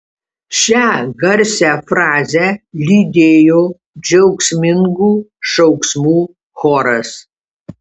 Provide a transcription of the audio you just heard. šią garsią frazę lydėjo džiaugsmingų šauksmų choras